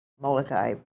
Molokai